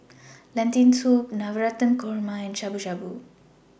Lentil Soup Navratan Korma and Shabu Shabu